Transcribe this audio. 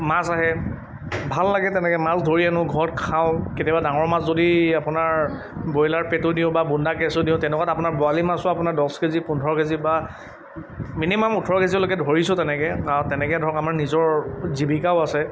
মাছ আহে ভাল লাগে তেনেকৈ মাছ ধৰি আনো ঘৰত খাওঁ কেতিয়াবা ডাঙৰ মাছ যদি আপোনাৰ ব্ৰইলাৰ পেটু দিওঁ বা বোন্দা কেঁচু দিওঁ তেনেকুৱাত আপোনাৰ বৰালি মাছো আপোনাৰ দছ কেজি পোন্ধৰ কেজি বা মিনিমাম ওঠৰ কেজিলৈকে ধৰিছোঁ তেনেকৈ তেনেকৈ ধৰক আমাৰ নিজৰ জীৱিকাও আছে